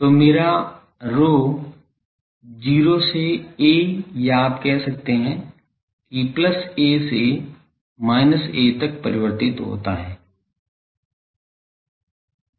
तो मेरा ρ 0 से a या आप कह सकते हैं कि plus a to minus a तक परिवर्तित होता है